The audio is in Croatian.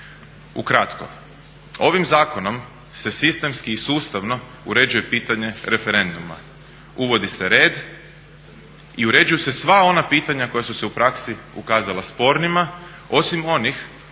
Ukratko, ovim zakonom se sistemski i sustavno uređuje pitanje referenduma. Uvodi se red i uređuju se sva ona pitanja koja su se u praksi ukazala spornima osim onih